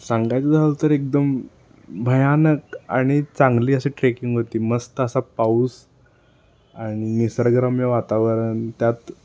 सांगायचं झालं तर एकदम भयानक आणि चांगली अशी ट्रेकिंग होती मस्त असा पाऊस आणि निसर्गरम्य वातावरण त्यात